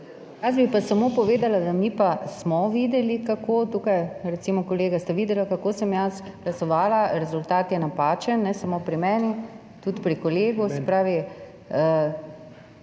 Jaz bi pa samo povedala, da mi pa smo videli, kako, tukaj recimo sta kolega videla, kako sem jaz glasovala, rezultat je napačen, ne samo pri meni, tudi pri kolegu. Se pravi,